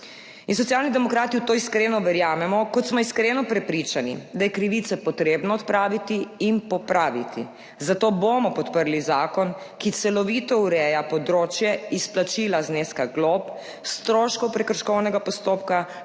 Socialni demokrati v to iskreno verjamemo, kot smo iskreno prepričani, da je krivice potrebno odpraviti in popraviti. Zato bomo podprli zakon, ki celovito ureja področje izplačila zneska glob, stroškov prekrškovnega postopka,